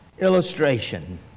Illustration